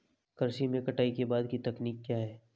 कृषि में कटाई के बाद की तकनीक क्या है?